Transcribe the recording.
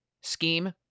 scheme